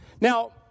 Now